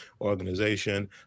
organization